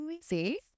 See